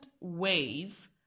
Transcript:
ways